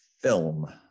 film